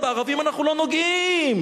בערבים אנחנו לא נוגעים,